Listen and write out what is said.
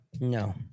No